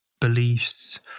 beliefs